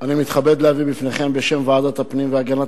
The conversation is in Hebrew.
אני מתכבד להביא בפניכם בשם ועדת הפנים והגנת